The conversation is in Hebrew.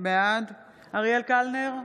בעד אריאל קלנר,